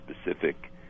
Specific